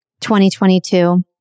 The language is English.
2022